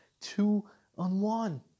two-on-one